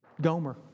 Gomer